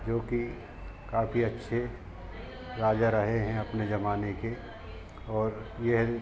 जोकि काफी अच्छे राजा रहे हैं अपने ज़माने के और यह